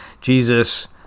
Jesus